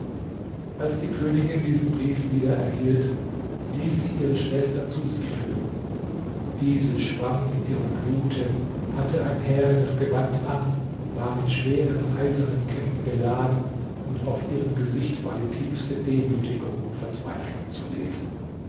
als die königin diesen brief wieder erhielt ließ sie ihre schwester zu sich führen diese schwamm in ihrem blute hatte ein härenes gewand an war mit schweren eisernen ketten beladen und auf ihrem gesicht war die tiefste demütigung und verzweiflung zu lesen